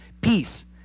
Peace